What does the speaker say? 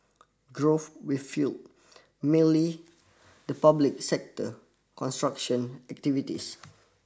growth with fuelled mainly the public sector construction activities